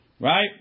Right